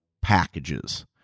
packages